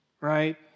right